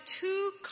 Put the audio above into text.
two